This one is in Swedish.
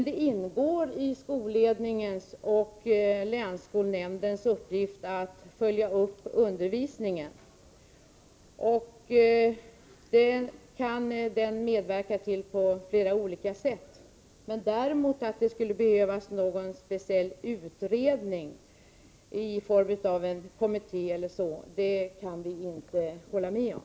Det ingår i skolledningens och länsskolnämndens uppgift att följa upp undervisningen. Den kan de medverka till på flera olika sätt. Att det skulle behövas någon speciell utredning i form av en kommitté e. d. kan vi däremot inte hålla med om.